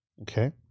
Okay